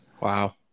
Wow